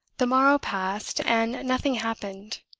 the morrow passed, and nothing happened.